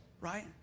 right